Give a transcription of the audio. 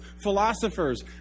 philosophers